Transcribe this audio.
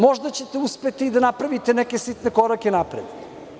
Možda ćete uspeti da napravite neke sitne korake unapred.